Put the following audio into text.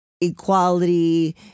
equality